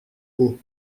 haut